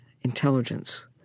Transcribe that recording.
intelligence